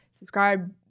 Subscribe